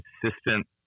consistent